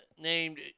named